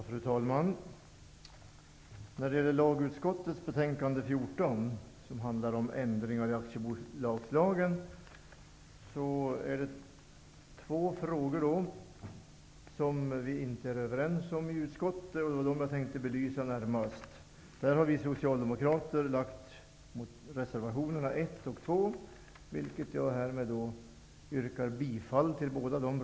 Fru talman! Lagutskottets betänkande 14 handlar om ändringar i aktiebolagslagen. Det finns två frågor där vi inte är överens i utskottet, och jag tänkte närmast belysa dem. Vi socialdemokrater i utskottet har avgivit två reservationer, och jag yrkar bifall till dem.